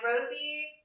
Rosie